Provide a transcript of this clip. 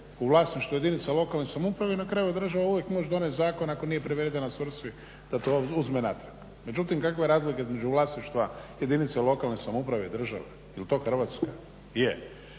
u vlasništvu jedinica lokalne samouprave i na kraju država može donijeti zakon ako nije privedena svrsi da to uzme natrag. Međutim, kakva je razlika između vlasništva jedinice lokalne samouprave i države, jel to Hrvatska? Je.